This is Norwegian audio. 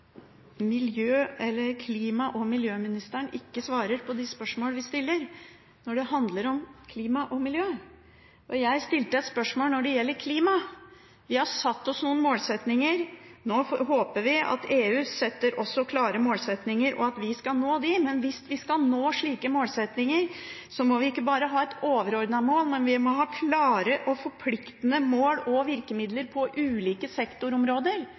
miljø, og jeg stilte et spørsmål som gjelder klima. Vi har satt oss noen målsettinger. Nå håper vi at også EU setter klare målsettinger, og at vi skal nå dem. Hvis vi skal nå slike målsettinger, må vi ikke bare ha et overordnet mål, men vi må ha klare og forpliktende mål og virkemidler på ulike sektorområder.